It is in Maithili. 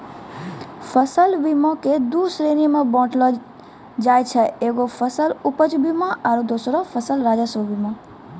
फसल बीमा के दु श्रेणी मे बाँटलो जाय छै एगो फसल उपज बीमा आरु दोसरो फसल राजस्व बीमा